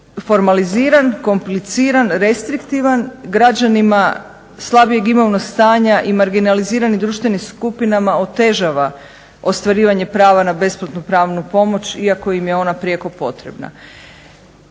formaliziran, kompliciran, restriktivan, građanima slabijeg imovnog stanja i marginaliziranim društvenim skupinama otežava ostvarivanje prava na besplatnu pravnu pomoć iako im je ona prijeko potrebna.